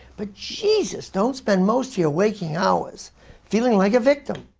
but, jesus, don't spend most of your waking hours feeling like a victim.